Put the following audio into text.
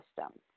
system